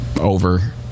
over